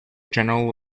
general